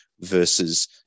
versus